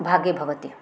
भागे भवति